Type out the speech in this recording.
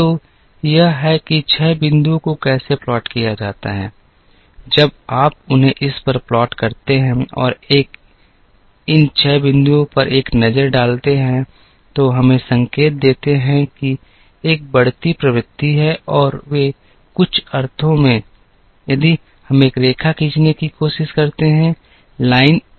तो यह है कि 6 बिंदुओं को कैसे प्लॉट किया जाता है जब आप उन्हें इस पर प्लॉट करते हैं और एक इन 6 बिंदुओं पर एक नजर डालते हैं जो हमें संकेत देते हैं कि एक बढ़ती प्रवृत्ति है और वे कुछ अर्थों में यदि हम एक रेखा खींचने की कोशिश करते हैं लाइन इस तरह जाएगी